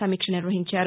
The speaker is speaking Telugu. సమీక్ష నిర్వహించారు